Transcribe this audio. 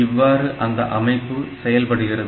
இவ்வாறு அந்த அமைப்பு செயல்படுகிறது